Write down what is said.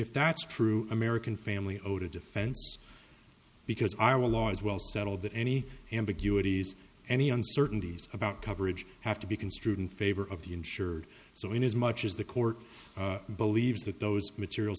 if that's true american family owed a defense because our law is well settled that any ambiguities any uncertainties about coverage have to be construed in favor of the insured so in as much as the court believes that those materials